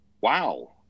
Wow